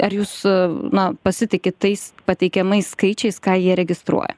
ar jūs na pasitikit tais pateikiamais skaičiais ką jie registruoja